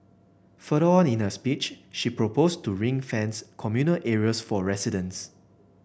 further on in her speech she proposed to ring fence communal areas for residents